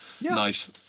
Nice